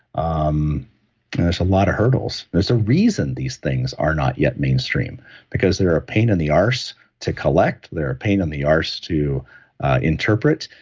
um there's a lot of hurdles. there's a reason these things are not yet mainstream because they're a pain in the arse to collect. they're a pain in the arse to interpret,